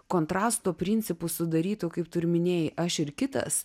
kontrasto principu sudarytų kaip tu ir minėjai aš ir kitas